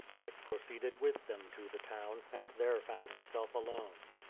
dick proceeded with them to the town, and there found himself alone.